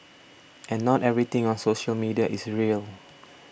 and not everything on social media is real